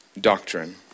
doctrine